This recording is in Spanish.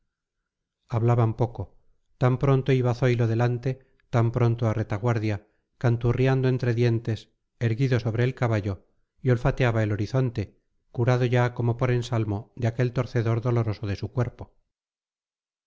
humana hablaban poco tan pronto iba zoilo delante tan pronto a retaguardia canturriando entre dientes erguido sobre el caballo y olfateaba el horizonte curado ya como por ensalmo de aquel torcedor doloroso de su cuerpo